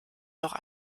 noch